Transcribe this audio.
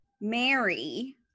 Mary